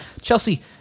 Chelsea